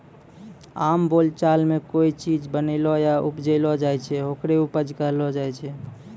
आम बोलचाल मॅ कोय चीज बनैलो या उपजैलो जाय छै, होकरे उपज कहलो जाय छै